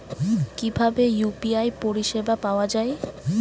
কিভাবে ইউ.পি.আই পরিসেবা পাওয়া য়ায়?